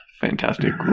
Fantastic